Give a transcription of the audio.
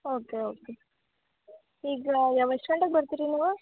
okay okay ಈಗ ಯಾವ ಎಷ್ಟು ಗಂಟೆಗೆ ಬರ್ತೀರಿ ನೀವು